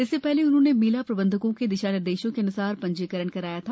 इससे शहले उन्होंने मेला प्रबंधकों के दिशा निर्देशों के अन्सार ंजीकरण कराया था